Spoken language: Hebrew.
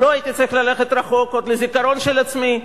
לא הייתי צריך ללכת רחוק, עוד לזיכרון של עצמי.